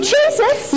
Jesus